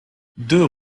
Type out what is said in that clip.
deux